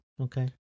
okay